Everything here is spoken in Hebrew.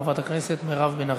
חברת הכנסת מירב בן ארי.